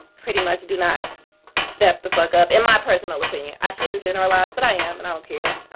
pretty much do not step the fuck up. in my personal opinion. i shouldn't generalize. but i am, and i don't care.